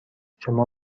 شما